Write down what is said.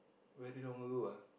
very long ago lah